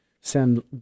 send